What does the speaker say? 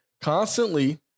constantly